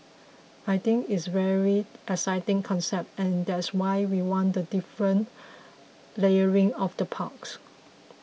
I think it's very exciting concept and that's why we want the different layering of the parks